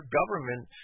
government